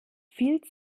viel